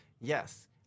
Yes